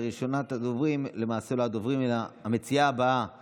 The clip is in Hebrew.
ראשונת הדוברים, למעשה לא הדוברים אלא המציעה הבאה